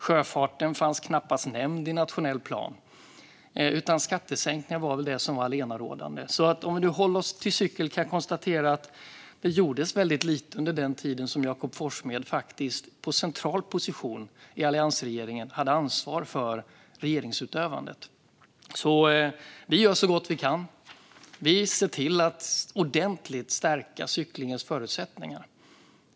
Sjöfarten fanns knappast nämnd i nationell plan. Skattesänkningar var väl det som var allenarådande. Om vi nu håller oss till cykel kan jag konstatera att det gjordes väldigt lite under den tid som Jakob Forssmed faktiskt på en central position i alliansregeringen hade ansvar för regeringsutövandet. Vi gör så gott vi kan. Vi ser till att ordentligt stärka cyklingens förutsättningar.